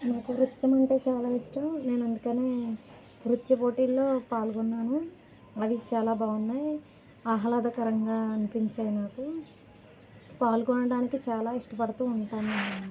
నాకు నృత్యం అంటే చాలా ఇష్టం నేను అందుకనే నృత్య పోటీల్లో పాల్గొన్నాను అవి చాలా బాగున్నాయి ఆహ్లాదకరంగా అనిపించాయి నాకు పాల్గొనడానికి చాలా ఇష్టపడుతూ ఉంటాను నేను